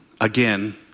again